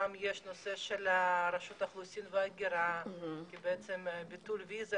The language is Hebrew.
יש גם נושא של רשות האוכלוסין וההגירה כי בעצם ביטול אשרה,